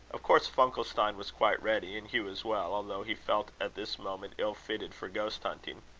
of course funkelstein was quite ready, and hugh as well, although he felt at this moment ill-fitted for ghost-hunting.